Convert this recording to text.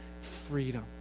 freedom